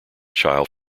child